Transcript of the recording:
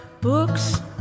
Books